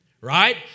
right